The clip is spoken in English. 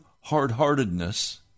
hard-heartedness